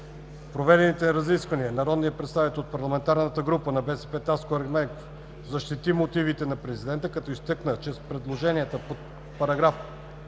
проведените разисквания народният представител от парламентарната група на БСП Таско Ерменков защити мотивите на президента, като изтъкна, че с предложенията по §